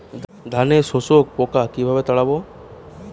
ধানে শোষক পোকা কিভাবে তাড়াব?